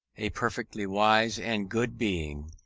a perfectly wise and good being,